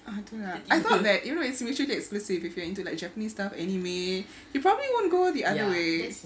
ha tu lah I thought that you know it should be exclusive if you're like into japanese stuff anime you probably won't go the other way